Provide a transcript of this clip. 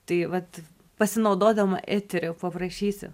tai vat pasinaudodama eteriu paprašysiu